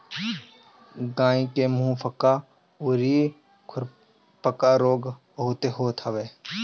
गाई के मुंहपका अउरी खुरपका रोग बहुते होते हवे